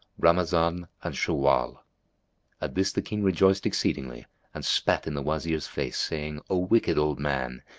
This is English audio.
ramazan and shawwal. at this the king rejoiced exceedingly and spat in the wazir's face, saying, o wicked old man,